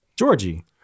Georgie